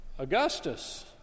Augustus